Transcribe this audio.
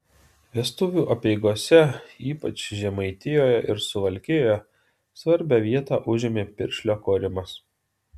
vestuvių apeigose ypač žemaitijoje ir suvalkijoje svarbią vietą užėmė piršlio korimas